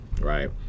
right